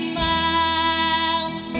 miles